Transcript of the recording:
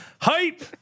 Hype